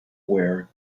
wear